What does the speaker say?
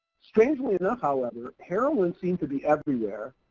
strangely enough however, heroin seem to be everywhere,